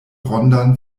rondan